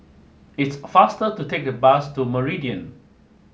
it's faster to take the bus to Meridian